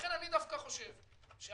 לכן אני דווקא חושב שהכיוון